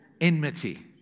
enmity